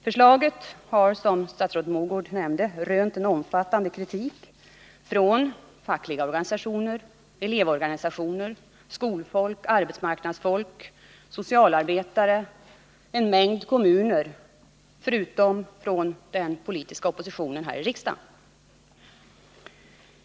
Förslaget har, som statsrådet Mogård nämnde, rönt omfattande kritik från fackliga organisationer, från elevorganisationer, skolfolk, arbetsmarknadsfolk, socialarbetare och en mängd kommuner förutom från den politiska oppositionen här i riksdagen.